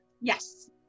Yes